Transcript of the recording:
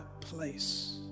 place